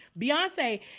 Beyonce